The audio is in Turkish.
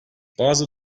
bazı